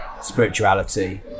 spirituality